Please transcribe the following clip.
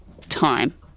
Time